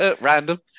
Random